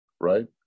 right